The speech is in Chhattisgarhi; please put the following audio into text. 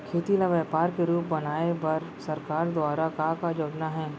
खेती ल व्यापार के रूप बनाये बर सरकार दुवारा का का योजना हे?